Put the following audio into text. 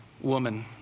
woman